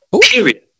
Period